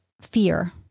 fear